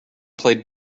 played